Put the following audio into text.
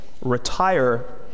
retire